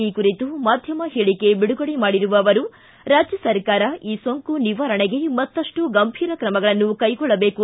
ಈ ಕುರಿತು ಮಾಧ್ವಮ ಹೇಳಿಕೆ ಬಿಡುಗಡೆ ಮಾಡಿರುವ ಅವರು ರಾಜ್ವ ಸರ್ಕಾರ ಈ ಸೋಂಕು ನಿವಾರಣೆಗೆ ಮತ್ತಷ್ಟು ಗಂಭೀರ ಕ್ರಮಗಳನ್ನು ಕೈಗೊಳ್ಳಬೇಕು